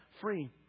free